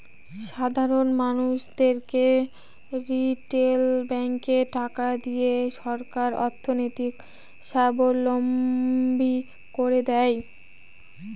সাধারন মানুষদেরকে রিটেল ব্যাঙ্কে টাকা দিয়ে সরকার অর্থনৈতিক সাবলম্বী করে দেয়